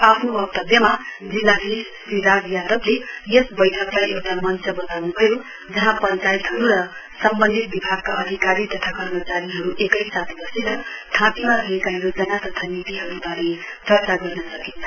आफ्नो वक्तव्यमा जिल्लाधीश श्री राज यादवले यस बैठकलाई एउटा मञ्च बताउनुभयो जहाँ पञ्चायतहरू र सम्बन्धित विभागका अधिकारी तथा कर्मचारीहरू एकैसाथ बसेर थाँतीमा रहेका योजना तथा नीतिहरूबारे चर्चा गर्न सकिन्छ